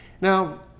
Now